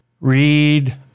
read